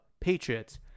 Patriots